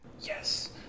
Yes